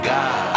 God